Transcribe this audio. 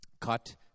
Cut